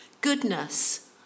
Goodness